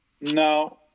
No